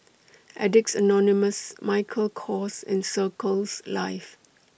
Addicts Anonymous Michael Kors and Circles Life